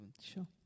Sure